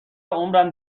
عمرم